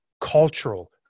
cultural